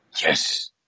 Yes